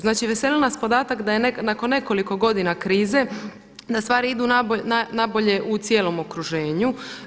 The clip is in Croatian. Znači, veseli nas podatak da je nakon nekoliko godina krize da stvari idu na bolje u cijelom okruženju.